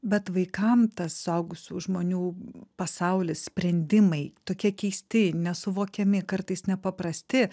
bet vaikam tas suaugusių žmonių pasaulis sprendimai tokie keisti nesuvokiami kartais nepaprasti